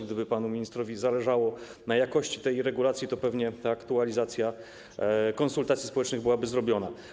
Gdyby panu ministrowi zależało na jakości tej regulacji, to pewnie ta aktualizacja konsultacji społecznych byłaby przeprowadzona.